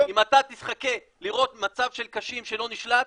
אם אתה תחכה לראות מצב של קשים שלא נשלט,